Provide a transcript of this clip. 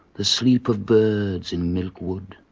the sleep of birds in milk wood.